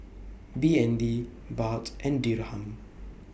B N D Baht and Dirham